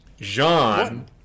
Jean